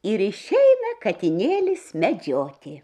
ir išeina katinėlis medžioti